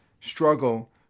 struggle